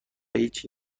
هیچی